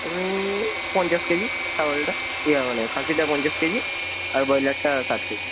আপনি পঞ্চাশ কেজি ছাগলটা ইয়ে মানে খাসিটা পঞ্চাশ কেজি আর ব্রয়লারটা ষাট কেজি